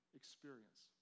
experience